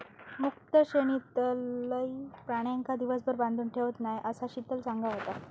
मुक्त श्रेणीतलय प्राण्यांका दिवसभर बांधून ठेवत नाय, असा शीतल सांगा होता